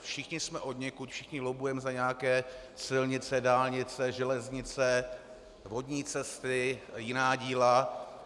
Všichni jsme odněkud, všichni lobbujeme za nějaké silnice, dálnice, železnice, vodní cesty a jiná díla.